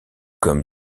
comme